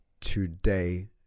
today